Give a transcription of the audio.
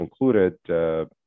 included